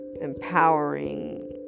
empowering